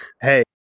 Hey